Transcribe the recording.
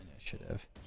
initiative